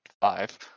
five